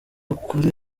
ukore